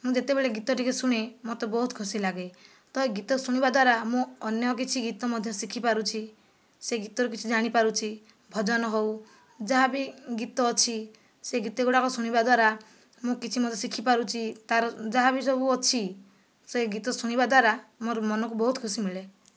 ମୁଁ ଯେତେବେଳେ ଗୀତ ଟିକେ ଶୁଣେ ମୋତେ ବହୁତ ଖୁସି ଲାଗେ ତ ଏଇ ଗୀତ ଶୁଣିବା ଦ୍ୱାରା ମୁଁ ଅନ୍ୟ କିଛି ଗୀତ ମଧ୍ୟ ଶିଖି ପାରୁଛି ସେ ଗୀତରୁ କିଛି ଜାଣି ପାରୁଛି ଭଜନ ହେଉ ଯାହା ବି ଗୀତ ଅଛି ସେ ଗୀତ ଗୁଡ଼ାକ ଶୁଣିବା ଦ୍ୱାରା ମୁଁ କିଛି ମଧ୍ୟ ଶିଖି ପାରୁଛି ତାର ଯାହା ବି ସବୁ ଅଛି ସେ ଗୀତ ଶୁଣିବା ଦ୍ୱାରା ମୋର ମନକୁ ବହୁତ ଖୁସି ମିଳେ